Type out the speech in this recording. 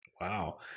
Wow